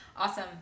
Awesome